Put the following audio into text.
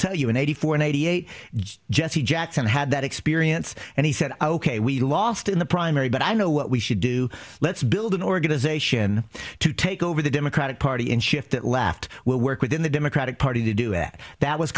tell you in eighty four and eighty eight jesse jackson had that experience and he said ok we lost in the primary but i know what we should do let's build an organization to take over the democratic party and shift it left work within the democratic party to do at that was